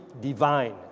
divine